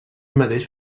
mateix